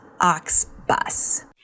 Oxbus